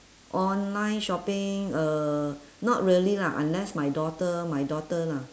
online shopping uh not really lah unless my daughter my daughter lah